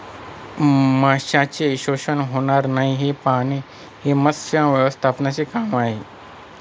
माशांचे शोषण होणार नाही हे पाहणे हे मत्स्य व्यवस्थापनाचे काम आहे